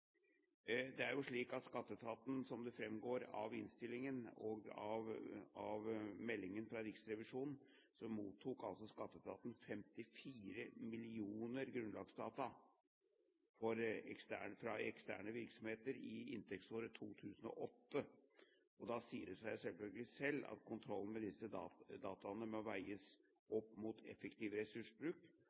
Som det framgår av innstillingen og av meldingen fra Riksrevisjonen, så mottok skatteetaten 54 millioner grunnlagsdata fra eksterne virksomheter i inntektsåret 2008. Da sier det seg selv at kontrollen med disse dataene må veies opp mot effektiv ressursbruk,